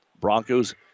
Broncos